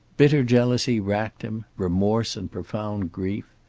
bitter jealousy racked him, remorse and profound grief.